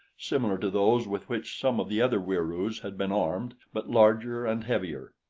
similar to those with which some of the other wieroos had been armed, but larger and heavier.